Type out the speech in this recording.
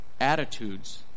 attitudes